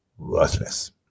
worthless